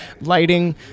Lighting